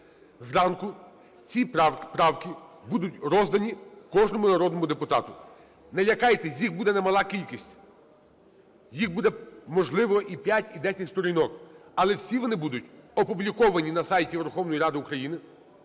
Зранку ці правки будуть роздані кожному народному депутату. Не лякайтесь, їх буде немала кількість, їх буде, можливо, і 5, і 10 сторінок, але всі вони будуть опубліковані на сайті Верховної Ради України,